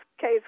case